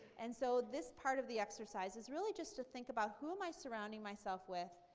and so this part of the exercise is really just to think about who am i surrounding myself with,